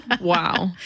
Wow